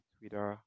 Twitter